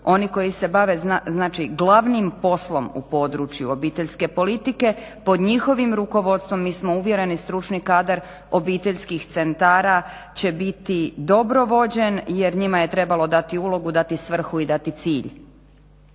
oni koji se bave znači glavnim poslom u području obiteljske politike, pod njihovim rukovodstvom mi smo uvjereni stručni kadar obiteljskih centara će biti dobro vođen jer njima je trebalo dati ulogu, dati svrhu i dati cilj.